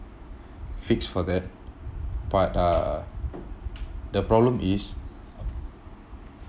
fix for that but uh the problem is